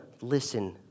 listen